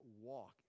walk